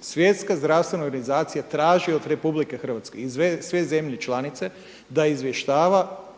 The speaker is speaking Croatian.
Svjetska zdravstvena organizacija traži od RH i sve zemlje članice da izvještava